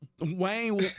Wayne